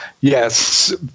Yes